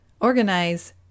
Organize